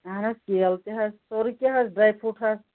اہن حظ کیلہٕ تہِ حظ سورُے کینٛہہ حظ ڈرٛاے فرٛوٗٹ حظ